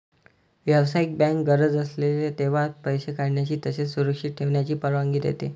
व्यावसायिक बँक गरज असेल तेव्हा पैसे काढण्याची तसेच सुरक्षित ठेवण्याची परवानगी देते